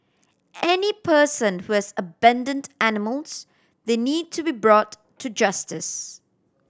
any person who has abandoned animals they need to be brought to justice